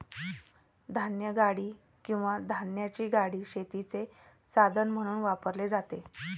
धान्यगाडी किंवा धान्याची गाडी शेतीचे साधन म्हणून वापरली जाते